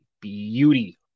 beauty